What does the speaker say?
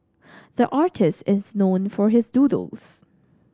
the artist is known for his doodles